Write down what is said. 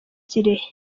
kirehe